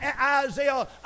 Isaiah